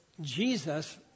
Jesus